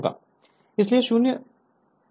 अन्यथा जवाब गलत होगा और इस को घटाना होगा